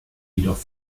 jedoch